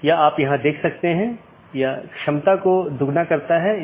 इसलिए पथ को परिभाषित करना होगा